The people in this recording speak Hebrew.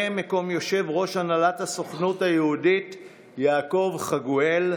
מקום יושב-ראש הנהלת הסוכנות היהודית יעקב חגואל,